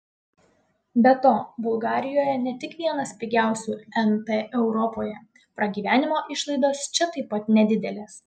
be to bulgarijoje ne tik vienas pigiausių nt europoje pragyvenimo išlaidos čia taip pat nedidelės